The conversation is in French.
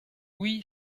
oui